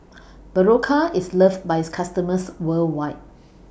Berocca IS loved By its customers worldwide